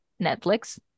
Netflix